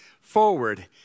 forward